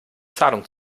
zahlung